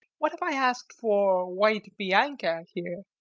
what if i asked for white bianca here?